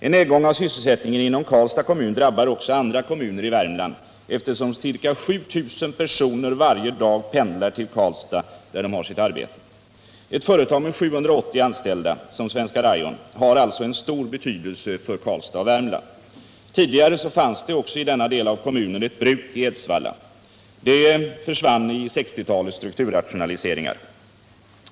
En nedgång av sysselsättningen inom Karlstads kommun drabbar också andra kommuner i Värmland, eftersom ca 7000 personer varje dag pendlar till Karlstad där de har sina arbeten. Ett företag med 780 anställda, som Svenska Rayon, har alltså stor betydelse för Karlstad och Värmland. Tidigare fanns i denna del av kommunen också ett bruk i Edsvalla. Det försvann i samband med 1960-talets strukturrationaliseringar.